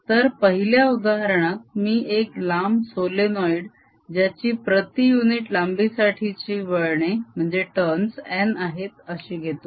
तर पहिल्या उदाहरणात मी एक लांब सोलेनोईड ज्याची प्रती युनिट लांबीसाठीची वळणे n आहेत अशी घेतो